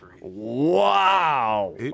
Wow